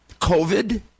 COVID